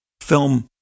film